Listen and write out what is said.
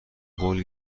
قول